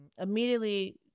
Immediately